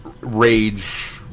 rage